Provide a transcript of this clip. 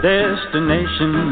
Destination